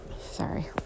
sorry